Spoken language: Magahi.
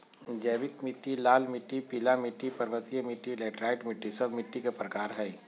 जैविक मिट्टी, लाल मिट्टी, पीला मिट्टी, पर्वतीय मिट्टी, लैटेराइट मिट्टी, सब मिट्टी के प्रकार हइ